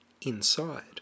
inside